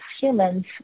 humans